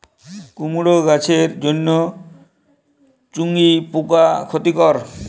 কুমড়ো গাছের জন্য চুঙ্গি পোকা ক্ষতিকর?